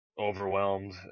overwhelmed